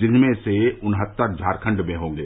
जिसमें से उन्हत्तर झारखंड में होंगे